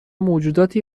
موجوداتی